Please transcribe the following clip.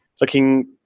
looking